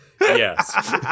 Yes